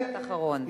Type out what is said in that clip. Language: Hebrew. משפט אחרון.